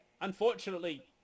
unfortunately